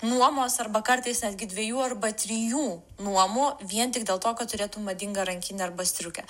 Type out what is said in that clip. nuomos arba kartais netgi dviejų arba trijų nuomų vien tik dėl to kad turėtum madingą rankinę arba striukę